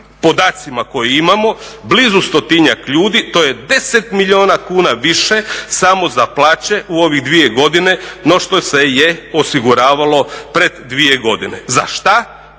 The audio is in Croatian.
podacima koje imamo, blizu stotinjak ljudi, to je 10 milijuna kuna više samo za plaće u ovih 2 godine no što se je osiguravalo pred dvije godine. Za što?